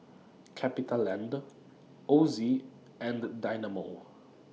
CapitaLand Ozi and Dynamo